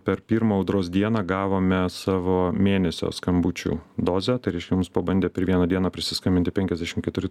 per pirmą audros dieną gavome savo mėnesio skambučių dozę tai reiškia mums pabandė per vieną dieną prisiskambinti penkiasdešim keturi